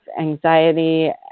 anxiety